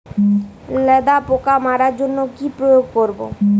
লেদা পোকা মারার জন্য কি প্রয়োগ করব?